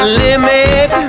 limit